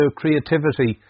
creativity